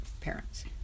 parents